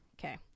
Okay